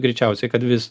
greičiausiai kad vis